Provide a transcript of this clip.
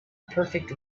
perfect